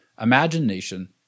Imagination